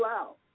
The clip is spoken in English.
out